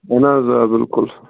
اَہَن حظ آ بِلکُل